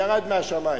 ירד מהשמים.